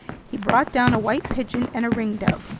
he brought down a white pigeon and a ringdove,